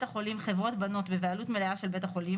החולים חברות בנות בבעלות מלאה של בית החולים,